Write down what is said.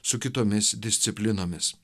su kitomis disciplinomis